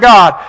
God